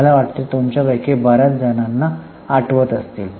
मला वाटते तुमच्यापैकी बऱ्याच जणांना आठवत असतील